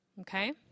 Okay